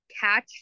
catch